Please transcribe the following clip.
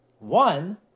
One